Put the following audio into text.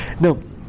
Now